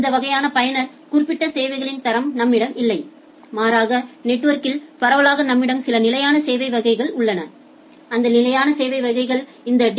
இந்த வகையான பயனர் குறிப்பிட்ட சேவைகளின் தரம் நம்மிடம் இல்லை மாறாக நெட்வொர்கில் பரவலாக நம்மிடம் சில நிலையான சேவை வகைகள் உள்ளன அந்த நிலையான சேவை வகைகளை இந்த டி